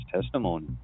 testimony